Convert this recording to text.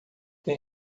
tem